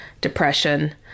depression